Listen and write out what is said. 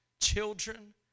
children